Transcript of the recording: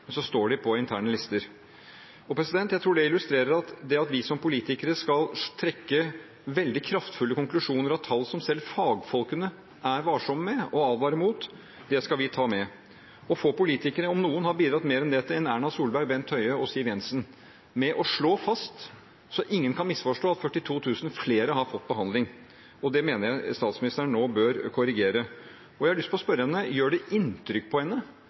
så står de på interne lister. Jeg tror det illustrerer at vi som politikere trekker veldig kraftfulle konklusjoner av tall som selv fagfolkene er varsomme med og advarer mot. Det skal vi ta med oss. Få politikere, om noen, har bidratt mer enn Erna Solberg, Bent Høie og Siv Jensen til å slå fast – så ingen kan misforstå – at 42 000 flere har fått behandling. Det mener jeg at statsministeren nå bør korrigere. Jeg har lyst til å spørre: Gjør det inntrykk